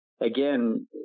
Again